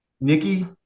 Nikki